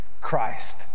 Christ